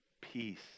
peace